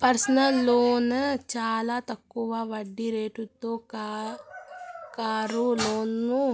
personal loan చానా తక్కువ వడ్డీ రేటుతో కారు లోన్లను